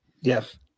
Yes